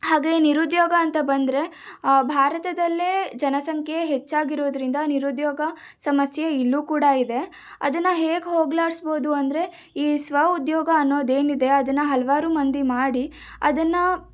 ಹಾಗೆ ನಿರುದ್ಯೋಗ ಅಂತ ಬಂದರೆ ಭಾರತದಲ್ಲೇ ಜನಸಂಖ್ಯೆ ಹೆಚ್ಚಾಗಿರೋದರಿಂದ ನಿರುದ್ಯೋಗ ಸಮಸ್ಯೆ ಇಲ್ಲೂ ಕೂಡ ಇದೆ ಅದನ್ನು ಹೇಗೆ ಹೋಗಲಾಡಿಸ್ಬೌದು ಅಂದರೆ ಈ ಸ್ವ ಉದ್ಯೋಗ ಅನ್ನೋದೇನಿದೆ ಅದನ್ನು ಹಲವಾರು ಮಂದಿ ಮಾಡಿ ಅದನ್ನು